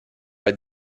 bei